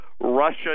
Russia